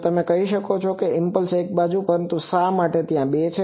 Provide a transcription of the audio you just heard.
હવે તમે કહી શકો છો કે ઈમ્પલ્સ એક બાજુ છે પરંતુ શા માટે ત્યાં 2 છે